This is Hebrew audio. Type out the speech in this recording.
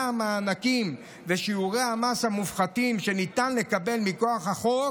המענקים ושיעורי המס המופחתים שניתן לקבל מכוח החוק